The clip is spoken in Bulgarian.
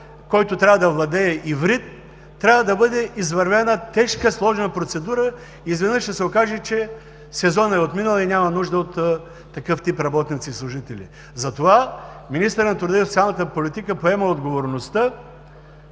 който трябва да владее иврит, трябва да бъде извървяна тежка, сложна процедура и изведнъж ще се окаже, че сезонът е отминал и няма нужда от такъв тип работници и служители. Затова министърът на труда и социалната политика поема отговорността